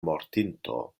mortinto